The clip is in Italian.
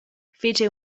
fece